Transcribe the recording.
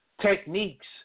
techniques